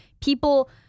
people